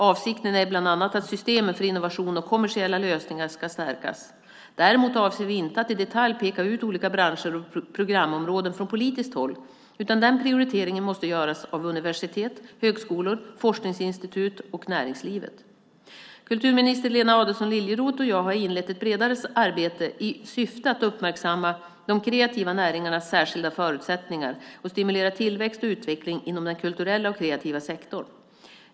Avsikten är bland annat att systemen för innovation och kommersiella lösningar ska stärkas. Däremot avser vi inte att i detalj peka ut olika branscher och programområden från politiskt håll, utan den prioriteringen måste göras av universitet, högskolor, forskningsinstitut och näringslivet. Kulturminister Lena Adelsohn Liljeroth och jag har inlett ett bredare arbete i syfte att uppmärksamma de kreativa näringarnas särskilda förutsättningar och stimulera tillväxt och utveckling inom den kulturella och kreativa sektorn.